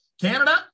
Canada